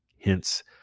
Hence